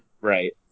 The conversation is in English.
Right